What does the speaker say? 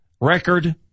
record